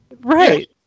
Right